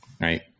right